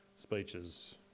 speeches